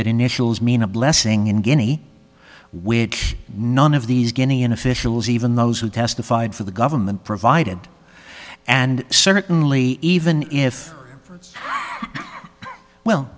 that initials mean a blessing in guinea which none of these guinea and officials even those who testified for the government provided and certainly even if